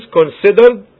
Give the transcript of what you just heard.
considered